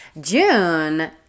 June